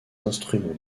instruments